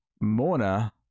Mona